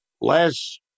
less